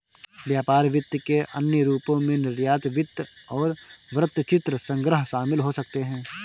व्यापार वित्त के अन्य रूपों में निर्यात वित्त और वृत्तचित्र संग्रह शामिल हो सकते हैं